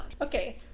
okay